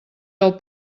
del